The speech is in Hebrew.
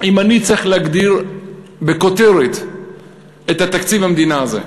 אם אני צריך להגדיר בכותרת את תקציב המדינה הזה,